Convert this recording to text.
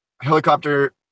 helicopter